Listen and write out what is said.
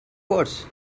course